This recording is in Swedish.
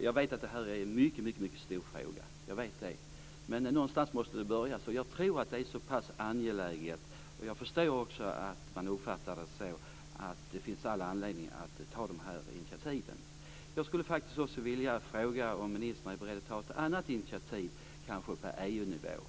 Jag vet att det här är en mycket stor fråga, men någonstans måste man börja. Jag tror att det är så pass angeläget. Jag förstår också att man uppfattar det så att det finns all anledning att ta de här initiativen. Jag skulle faktiskt också vilja fråga om ministern är beredd att ta ett annat initiativ, kanske på EU-nivå.